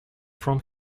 from